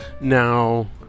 now